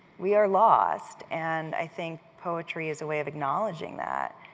we are lost, and i think poetry is a way of acknowledging that,